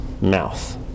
mouth